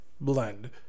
Blend